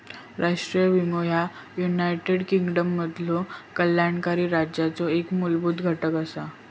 राष्ट्रीय विमो ह्या युनायटेड किंगडममधलो कल्याणकारी राज्याचो एक मूलभूत घटक असा